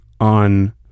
on